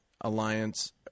Alliance